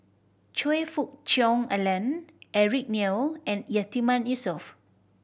Choe Fook Cheong Alan Eric Neo and Yatiman Yusof